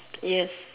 yes